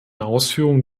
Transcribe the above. ausführung